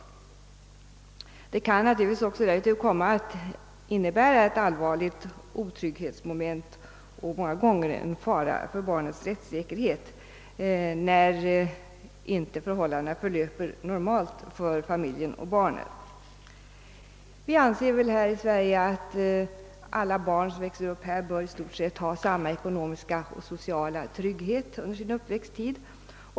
Det kan naturligtvis därtill komma att innebära ett allvarligt otrygghetsmoment och många gånger en fara för barnens rättssäkerhet, när förhållandena inte förlöper normalt för familjen och barnen. Vi anser väl här i Sverige att alla barn, som växer upp här, bör ha i stort sett samma ekonomiska och sociala trygghet under sin uppväxttid.